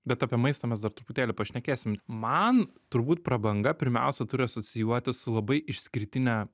bet apie maistą mes dar truputėlį pašnekėsim man turbūt prabanga pirmiausia turi asocijuotis su labai išskirtine